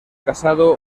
casado